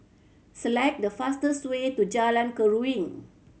select the fastest way to Jalan Keruing